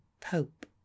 pope